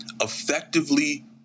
effectively